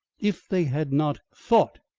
if they had not thought!